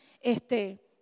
este